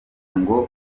ngo